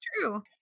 true